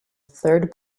third